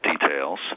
details